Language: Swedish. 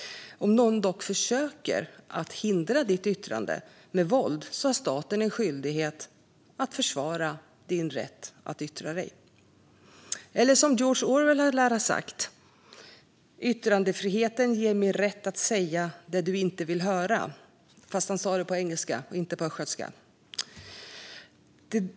Om någon försöker hindra ditt yttrande med våld har staten en skyldighet att försvara din rätt att yttra dig. George Orwell lär ha sagt: Yttrandefriheten ger mig rätt att säga det du inte vill höra. Fast han sa det på engelska och inte på östgötska.